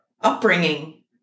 upbringing